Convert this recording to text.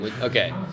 Okay